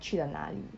去了哪里